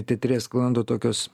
teatre sklando tokios